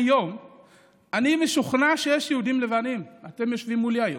כיום אני משוכנע שיש יהודים לבנים אתם יושבים מולי היום.